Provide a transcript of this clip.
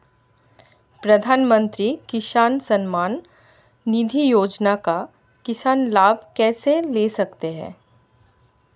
प्रधानमंत्री किसान सम्मान निधि योजना का किसान लाभ कैसे ले सकते हैं?